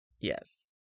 Yes